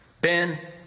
Ben